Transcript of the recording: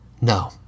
No